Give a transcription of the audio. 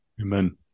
Amen